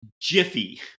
Jiffy